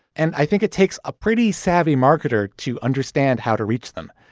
and i think it takes a pretty savvy marketer to understand how to reach them.